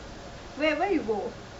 wait where you go